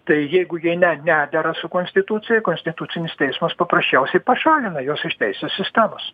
tai jeigu jie ne nedera su konstitucija konstitucinis teismas paprasčiausiai pašalina juos iš teisės sistemos